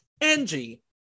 Angie